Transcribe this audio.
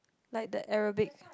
like the arabic